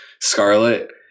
Scarlet